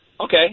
Okay